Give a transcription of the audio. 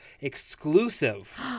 exclusive